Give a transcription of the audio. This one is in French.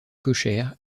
cochère